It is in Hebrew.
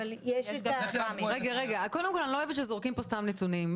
אני לא אוהבת שזורקים כאן סתם נתונים.